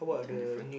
what thing different